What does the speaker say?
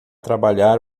trabalhar